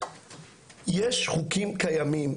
יש חוקים קיימים,